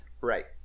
right